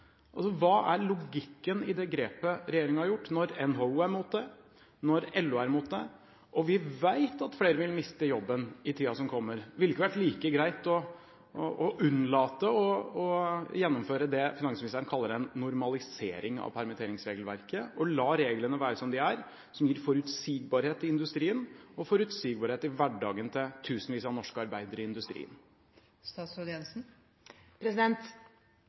Hva er logikken i det grepet regjeringen har gjort, når NHO er imot det, når LO er imot det, og vi vet at flere vil miste jobben i tiden som kommer? Ville det ikke vært like greit å unnlate å gjennomføre det finansministeren kaller en normalisering av permitteringsregelverket, og la reglene være som de er, som gir forutsigbarhet til industrien og forutsigbarhet i hverdagen til tusenvis av norske arbeidere i industrien?